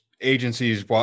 agencies